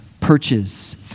perches